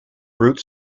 route